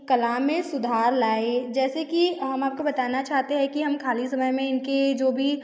कला में सुधार लाए जैसे कि हम आपको बताना चाहते हैं कि हम ख़ाली समय में इनकी जो भी